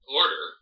order